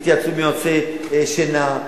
תתייעצו בנושא עם יועצי שינה,